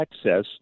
access